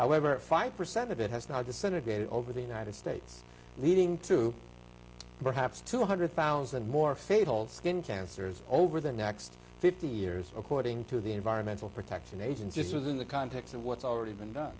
however five percent of it has now the senate over the united states leading to perhaps two hundred thousand more fatal skin cancers over the next fifty years according to the environmental protection agency it was in the context of what's already been